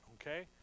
Okay